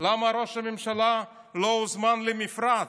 למה ראש הממשלה לא הוזמן למפרץ.